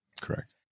Correct